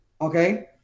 okay